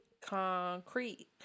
Concrete